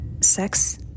sex